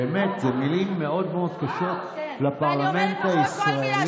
באמת, אלה מילים מאוד מאוד קשות לפרלמנט הישראלי.